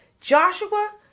Joshua